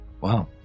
Wow